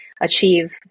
achieve